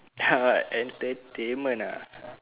ha entertainment ah